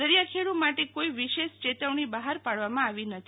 દરિયાખેડુ માટે કોઈ વિશેષ ચેતવણી બહાર પાડવામાં આવી નથી